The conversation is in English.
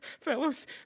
fellows